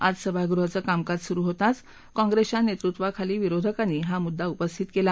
आज सभागृहाचं कामकाज सुरु होताच काँग्रेसच्या नेतृत्वाखाली विरोधकांनी हा मुद्दा उपस्थित केला